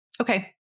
Okay